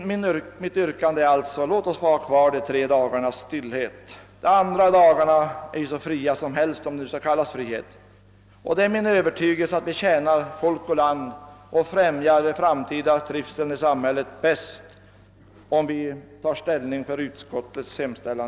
Min vädjan är därför: Låt oss ha kvar de tre dagarnas stillhet! De övriga dagarna är ju hur fria som helst — om det nu kan kallas frihet. Det är min övertygelse att det tjänat folk och land och främjar den framtida trivseln i samhället bäst om vi i dag bifaller utskottets hemställan.